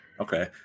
Okay